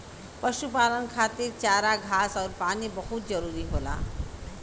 पशुपालन खातिर चारा घास आउर पानी बहुत जरूरी होला